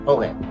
Okay